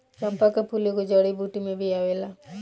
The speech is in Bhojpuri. चंपा के फूल एगो जड़ी बूटी में भी आवेला